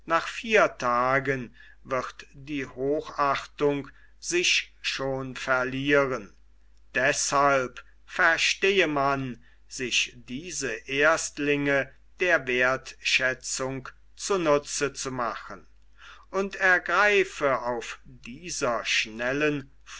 nach vier tagen wird die hochachtung sich schon verlieren deshalb verstehe man sich diese erstlinge der wertschätzung zu nutze zu machen und ergreife auf dieser schnellen